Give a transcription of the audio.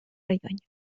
районі